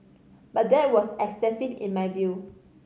but that was excessive in my view